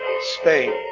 Spain